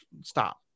stop